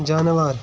جاناوار